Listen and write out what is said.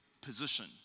position